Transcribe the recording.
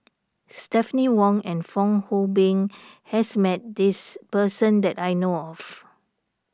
Stephanie Wong and Fong Hoe Beng has met this person that I know of